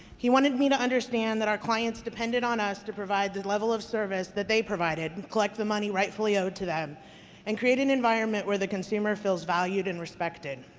he wanted me to understand that our clients depended on us to provide the level of service that they provided and collect the money rightfully owed to them and create an environment where the consumer feels valued and respected.